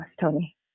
Tony